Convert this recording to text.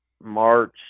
March